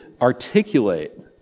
articulate